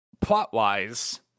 Plot-wise